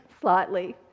slightly